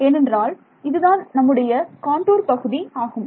ஏனென்றால் இதுதான் நம்முடைய காண்டூர் பகுதி ஆகும்